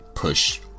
Push